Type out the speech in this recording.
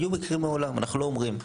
היו מקרים מעולם, אנחנו לא אומרים.